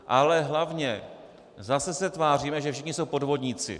Ale hlavně zase se tváříme, že všichni jsou podvodníci.